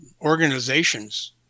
organizations